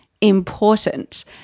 important